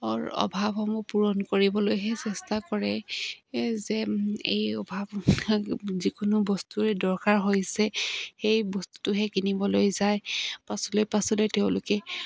অভাৱসমূহ পূৰণ কৰিবলৈহে চেষ্টা কৰে যে এই অভাৱ যিকোনো বস্তুৰে দৰকাৰ হৈছে সেই বস্তুটোহে কিনিবলৈ যায় পাছলৈ পাছলৈ তেওঁলোকে